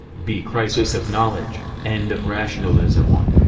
b. crisis of knowledge end of rationalism one.